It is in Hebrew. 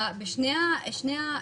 בדיוק.